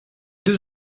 deux